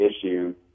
issue